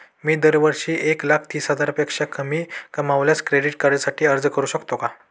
मी दरवर्षी एक लाख तीस हजारापेक्षा कमी कमावल्यास क्रेडिट कार्डसाठी अर्ज करू शकतो का?